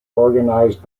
organised